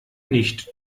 nicht